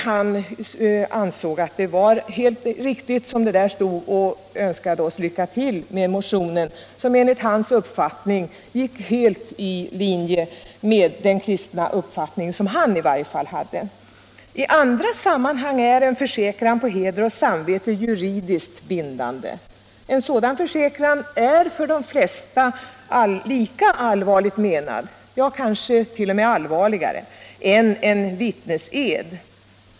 Han ansåg att det var riktigt som det står där, och änskade oss lycka till med motionen, som enligt hans uppfattning var helt i linje med den kristna uppfattning som i varje fall han hade. I andra sammanhang är en försäkran på heder och samvete juridiskt bindande. En sådan försäkran är för de flesta lika allvarlig, kanske tt.o.m. allvarligare, än en vittnesed.